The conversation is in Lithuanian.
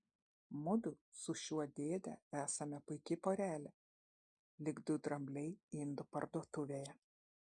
mudu su šiuo dėde esame puiki porelė lyg du drambliai indų parduotuvėje